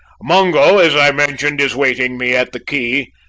mungo, as i mentioned, is waiting me at the quay,